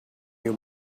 you